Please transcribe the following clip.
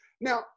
now